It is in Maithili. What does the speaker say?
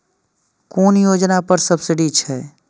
कुन योजना पर सब्सिडी छै?